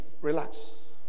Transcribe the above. relax